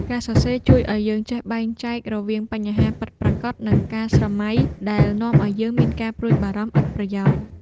ការសរសេរជួយឱ្យយើងចេះបែងចែករវាងបញ្ហាពិតប្រាកដ និងការស្រមៃដែលនាំឱ្យយើងមានការព្រួយបារម្ភឥតប្រយោជន៍។